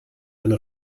eine